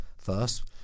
first